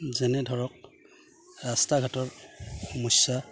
যেনে ধৰক ৰাস্তা ঘাটৰ সমস্যা